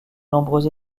nombreux